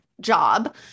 job